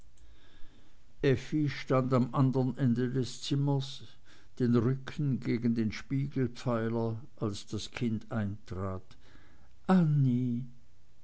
stand am andern ende des zimmers den rücken gegen den spiegelpfeiler als das kind eintrat annie